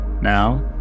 Now